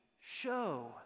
show